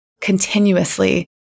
continuously